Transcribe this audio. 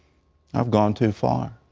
i've gone too far.